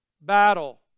battle